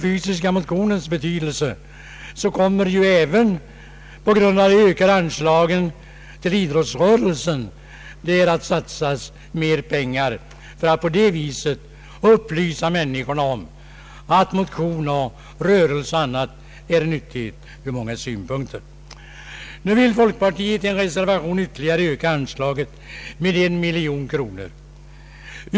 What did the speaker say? På grund av höjda anslag till idrottsrörelsen kommer också mer pengar att stå till förfogande för upplysning om den fysiska motionens betydelse ur många synpunkter. Nu vill folkpartiet i sin reservation öka anslaget med 1 miljon kronor.